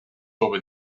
over